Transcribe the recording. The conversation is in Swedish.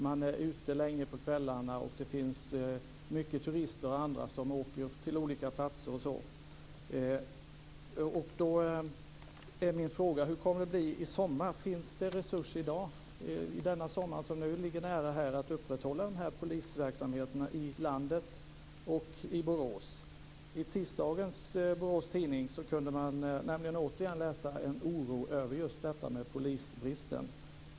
Man är ute längre på kvällarna, och det är många turister och andra som reser runt till olika platser osv. Då är min fråga: Hur kommer det att bli i sommar? Finns det resurser inför denna sommar att upprätthålla närpolisverksamheterna i Borås och i landet i övrigt? I tisdagens Borås tidning kunde man nämligen återigen läsa om oron över just detta med polisbristen.